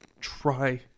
try